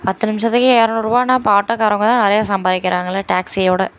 பத்து நிமிடத்துக்கே இரநூறுபான்னா அப்போ ஆட்டோகாரங்க தான் நிறைய சம்பாதிக்கிறாங்களே டேக்ஸியோடய